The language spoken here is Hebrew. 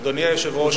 אדוני היושב-ראש,